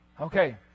Okay